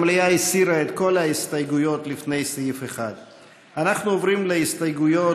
המליאה הסירה את כל ההסתייגויות לפני סעיף 1. אנחנו עוברים להסתייגויות